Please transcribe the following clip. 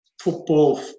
Football